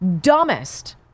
dumbest